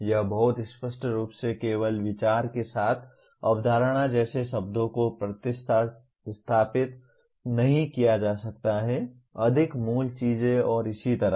यह बहुत स्पष्ट रूप से केवल विचार के साथ अवधारणा जैसे शब्दों को प्रतिस्थापित नहीं किया जा सकता है अधिक मूल चीजें और इसी तरह